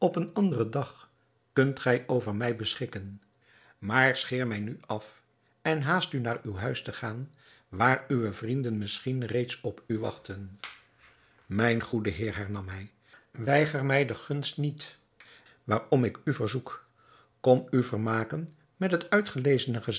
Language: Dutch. een anderen dag kunt gij over mij beschikken maar scheer mij nu af en haast u naar uw huis te gaan waar uwe vrienden misschien reeds op u wachten mijn goede heer hernam hij weiger mij de gunst niet waarom ik u verzoek kom u vermaken met het uitgelezene